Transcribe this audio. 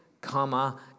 comma